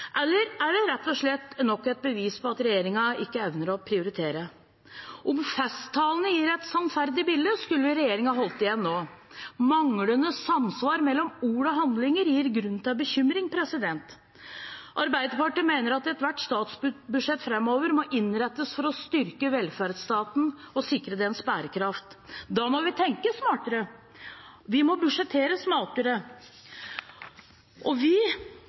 Eller er det rett og slett nok et bevis på at regjeringen ikke evner å prioritere? Om festtalene gir et sannferdig bilde, skulle regjeringen ha holdt igjen nå. Manglende samsvar mellom ord og handlinger gir grunn til bekymring. Arbeiderpartiet mener at ethvert statsbudsjett framover må innrettes for å styrke velferdsstaten og sikre dens bærekraft. Da må vi tenke smartere, og vi må budsjettere smartere. Vi